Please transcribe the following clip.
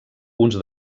uns